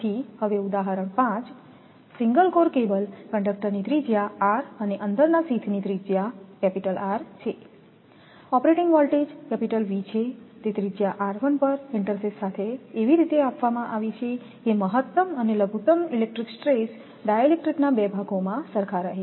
તેથી ઉદાહરણ 5 single core cable કંડક્ટરની ત્રિજ્યા r અને અંદરના શીથની ત્રિજ્યા R છે ઓપરેટીંગ વોલ્ટેજ V છે તે ત્રિજ્યા r1 પર ઇન્ટરસેથ સાથે એવી રીતે આપવામાં આવી છે કે મહત્તમ અને લઘુત્તમ ઇલેક્ટ્રિક સ્ટ્રેસ ડાઇલેક્ટ્રિકના બે ભાગોમાં સરખા રહે